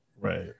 Right